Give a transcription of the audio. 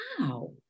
wow